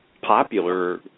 popular